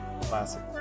classic